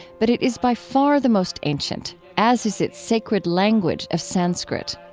but it is by far the most ancient, as is its sacred language of sanskrit.